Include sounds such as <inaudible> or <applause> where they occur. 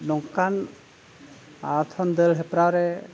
ᱱᱚᱝᱠᱟᱱ <unintelligible> ᱫᱟᱹᱲ ᱦᱮᱯᱨᱟᱣ ᱨᱮ